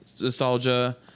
nostalgia